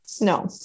No